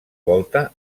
volta